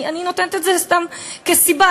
אני נותנת את זה סתם כסיבה,